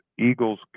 eagles